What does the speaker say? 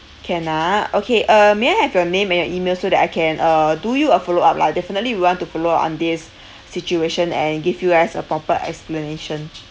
can ah okay uh may I have your name and your email so that I can uh do you a follow up lah definitely we want to follow up on this situation and give you guys a proper explanation